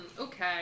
okay